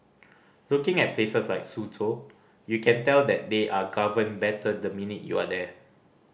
looking at places like Suzhou you can tell that they are governed better the minute you are there